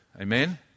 Amen